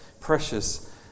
precious